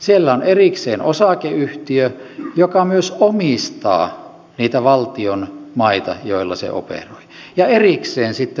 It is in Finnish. siellä on erikseen osakeyhtiö joka myös omistaa niitä valtion maita missä se operoi ja erikseen on sitten luonnonsuojeluvirasto